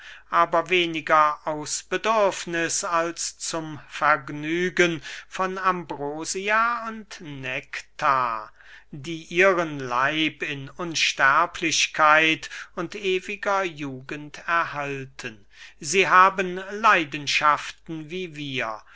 aber weniger aus bedürfniß als zum vergnügen von ambrosia und nektar die ihren leib in unsterblichkeit und ewiger jugend erhalten sie haben leidenschaften wie wir